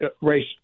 race